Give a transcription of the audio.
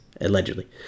allegedly